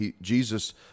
Jesus